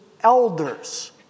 elders